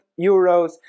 euros